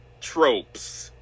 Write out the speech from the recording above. Tropes